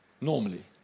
Normally